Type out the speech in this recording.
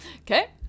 Okay